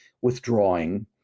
withdrawing